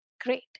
great